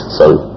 sorry